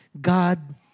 God